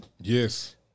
Yes